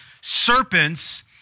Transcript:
serpents